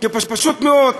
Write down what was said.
כי פשוט מאוד,